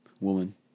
woman